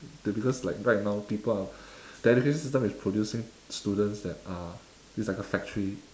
that because like right now people are that education system is producing students that are it's like factory